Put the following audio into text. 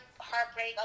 heartbreak